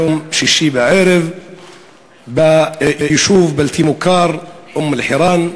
שישי בערב ביישוב הבלתי-מוכר אום-אלחיראן,